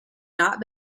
not